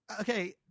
okay